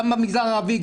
גם במגזר הערבי,